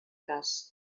cas